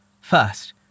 First